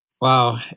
Wow